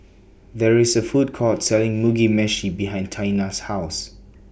There IS A Food Court Selling Mugi Meshi behind Taina's House